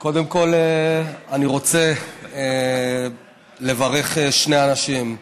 קודם כול, אני רוצה לברך שני אנשים: